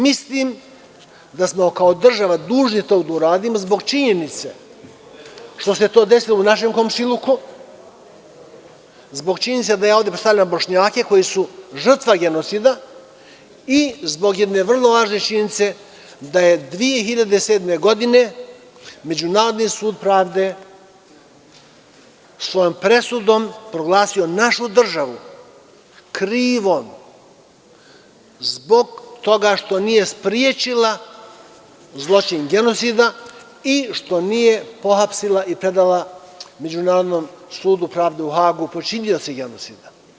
Mislim da smo kao država dužni to da uradimo, zbog činjenice što se to desilo u našem komšiluku, zbog činjenice da ja ovde predstavljam Bošnjake koji su žrtva genocida i zbog jedne vrlo važne činjenice, da je 2007. godine Međunarodni sud pravde svojom presudom proglasio našu državu krivom zbog toga što nije sprečila zločin genocida i što nije pohapsila i predala Međunarodnom sudu pravde u Hagu počinioce genocida.